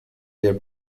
their